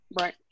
Right